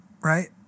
Right